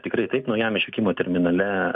tikrai taip naujam išvykimo terminale